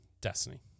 Destiny